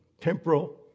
temporal